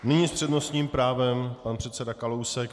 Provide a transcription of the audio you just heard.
Nyní s přednostním právem pan předseda Kalousek.